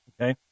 okay